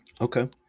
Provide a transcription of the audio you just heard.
Okay